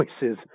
voices